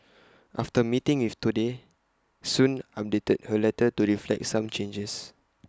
after meeting with Today Soon updated her letter to reflect some changes